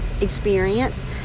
experience